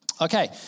Okay